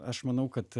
aš manau kad